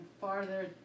farther